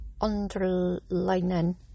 underlining